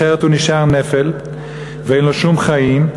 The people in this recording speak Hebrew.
אחרת הוא נשאר נפל ואין לו שום חיים.